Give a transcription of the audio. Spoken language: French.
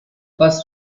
passe